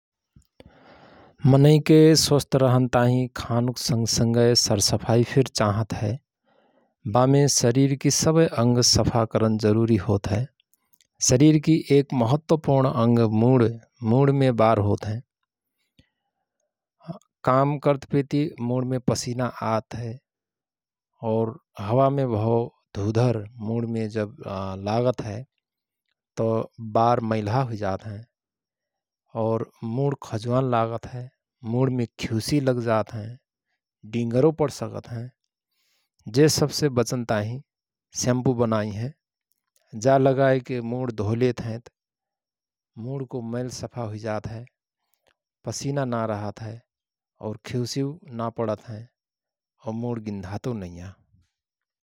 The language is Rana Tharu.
मनैक स्वस्थ रहनताहि खानुक संगसंगै सरसफाई फिर चांँहत हय । बामे शरीरकी सबेैअंग सफा करन जरुरी होत हय । शरीर की एक महत्वपूर्ण अंग मुण हय, मूणमे बार होत हयं । काम करतपेती मूणमे पसिना आत हय और हावामे भओ धुधर मूणमे जव लगत हयत बार मैलाहा हुईजात हय और मूण खजुवान लागत हय । मूणमे खिउसि लगजातहै डींगरौ पण सकत हयं जे सवसे बचनताहिं शैम्पु बनाई हयं । जा लगाएके मूण धोय लेतहयंत मूणको मैल सफा हुइजात हय पसिना ना रहत हय और खिउसिऔ ना पणत हयं और मूण गिन्धातौ नैयां ।